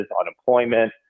unemployment